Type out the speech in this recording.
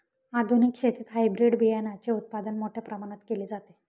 आधुनिक शेतीत हायब्रिड बियाणाचे उत्पादन मोठ्या प्रमाणात केले जाते